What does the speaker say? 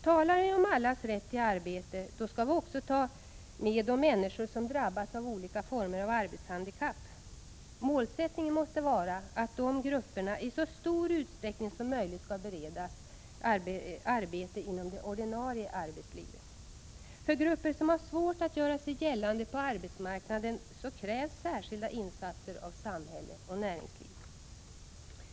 Talar vi om allas rätt till arbete, då skall vi också ta med de människor som drabbats av olika former av arbetshandikapp. Målsättningen måste vara att dessa grupper i så stor utsträckning som möjligt skall beredas arbete inom det ordinarie arbetslivet. För grupper som har svårt att göra sig gällande på arbetsmarknaden krävs särskilda insatser av samhälle och näringsliv.